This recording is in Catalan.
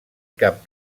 cap